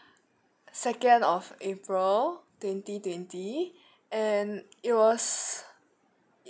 second of april twenty twenty and it was